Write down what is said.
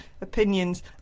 opinions